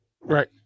Right